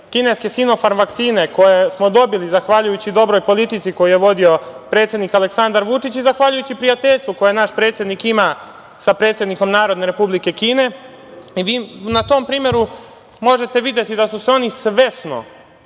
kineske „Sinofarm“ vakcine koje smo dobili zahvaljujući dobroj politici koju je vodio predsednik Aleksandar Vučić i zahvaljujući prijateljstvu koje naš predsednik ima sa predsednik Narodne Republike Kine. Na tom primeru možete videti da su se oni svesno